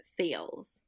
sales